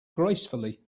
gracefully